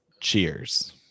Cheers